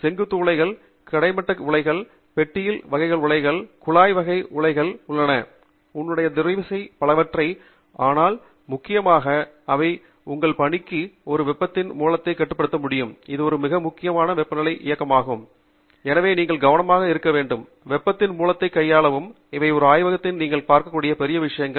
செங்குத்து உலைகள் கிடைமட்ட உலைகள் பெட்டியில் வகை உலைகள் குழாய் வகை உலைகள் உள்ளன உன்னுடைய உறைவிசை வகைகள் பலவகைப்பட்டவை ஆனால் முக்கியமாக அவை உங்கள் பணிக்கு ஒரு வெப்பத்தின் மூலத்தை கட்டுப்படுத்த முடியும் இது மிக அதிக வெப்பநிலையில் இயங்கும் எனவே நீங்கள் கவனமாக இருக்க வேண்டும் வெப்பத்தின் மூலத்தை கையாளவும் இவை ஒரு ஆய்வகத்தில் நீங்கள் பார்க்கக்கூடிய பெரிய விஷயங்கள்